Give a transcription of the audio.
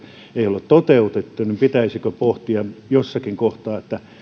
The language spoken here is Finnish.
ei ole toteutettu niin pitäisikö pohtia jossakin kohtaa että